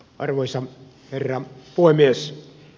arvoisa herra puhemies